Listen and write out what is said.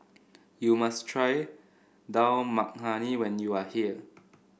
you must try Dal Makhani when you are here